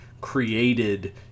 created